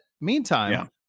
Meantime